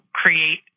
create